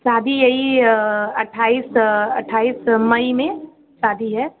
शादी यही अट्ठाईस अट्ठाईस मई में शादी है